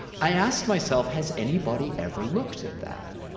i asked myself, has anybody ever looked at that?